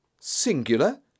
Singular